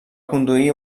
conduir